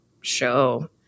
show